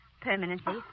permanently